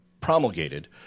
promulgated